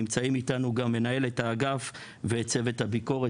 נמצאים איתנו גם מנהלת האגף וצוות הביקורת.